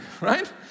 Right